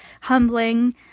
humbling